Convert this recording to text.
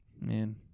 Man